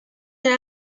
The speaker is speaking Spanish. era